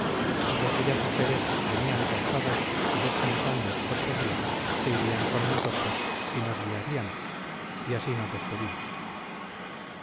y que aquellas mujeres venían cansadas y descansando otro día se irían con nosotros y nos guiarían y así nos despedimos